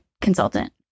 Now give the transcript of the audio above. Consultant